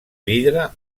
vidre